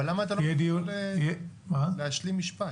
אבל למה אתה לא נותן להשלים משפט?